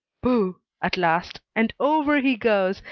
boo! at last, and over he goes,